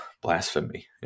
blasphemy